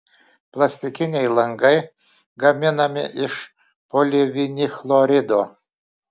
plastikiniai langai gaminami iš polivinilchlorido